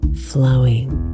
flowing